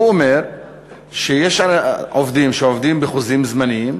הוא אומר שיש עובדים שעובדים בחוזים זמניים,